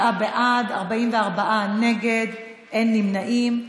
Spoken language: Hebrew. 37 בעד, 44 נגד, אין נמנעים.